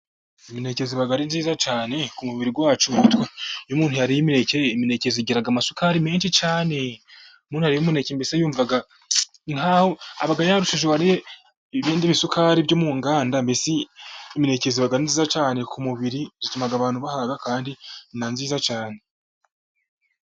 Imineke iba ari myiza cyane ku mubiri wacu. Iyo umuntu yariye imineke, imineke igira amasukari menshi cyane. Iyo umuntu yariye umuneke mbese yumva nkaho aba yarushije uwariye ibindi bisukari byo mu nganda. Mbese imineke iba ari myiza cyane ku mubiri, ituma abantu bahaga kandi ni na myiza cyane.